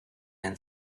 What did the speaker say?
and